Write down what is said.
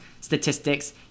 statistics